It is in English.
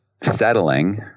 settling